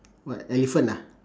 what elephant ah